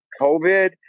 COVID